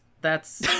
that's-